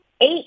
eight